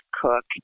Cook